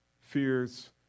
fears